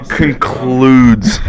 concludes